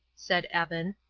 said evan.